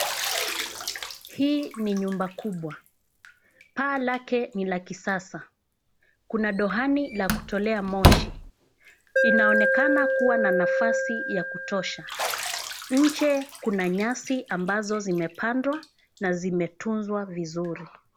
Hii ni nyumba kubwa. Paa lake ni la kisasa. Kuna dohani la kutolea moshi inaonekana kuwa na nafasi ya kutosha. Nje kuna nyasi ambazo zimepandwa na zimetunzwa vizuri.